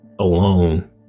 alone